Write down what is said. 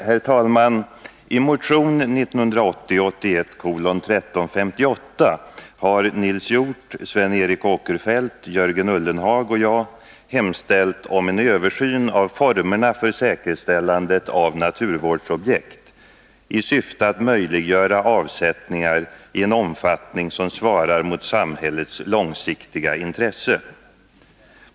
Herr talman! I motion 1980/81:1358 har Nils Hjorth, Sven Eric Åkerfeldt, Jörgen Ullenhag och jag hemställt om en översyn av formerna för säkerställandet av naturvårdsobjekt i syfte att möjliggöra avsättningar i en omfattning som svarar mot samhällets långsiktiga intresse.